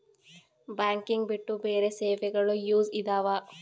Banking ಬಿಟ್ಟು ಬೇರೆ ಸೇವೆಗಳು ಯೂಸ್ ಇದಾವ?